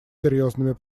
серьезными